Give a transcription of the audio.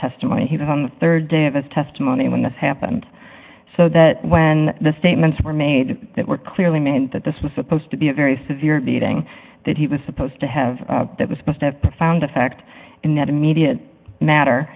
testimony that on the rd day of his testimony when this happened so that when the statements were made that were clearly made that this was supposed to be a very severe beating that he was supposed to have that was supposed to have profound effect in that immediate matter